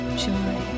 joy